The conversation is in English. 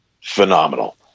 phenomenal